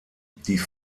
die